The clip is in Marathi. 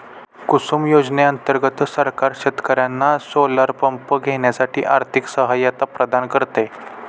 कुसुम योजने अंतर्गत सरकार शेतकर्यांना सोलर पंप घेण्यासाठी आर्थिक सहायता प्रदान करते